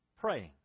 praying